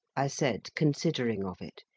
i said, considering of it.